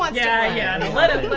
like yeah, yeah. and let him